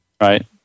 Right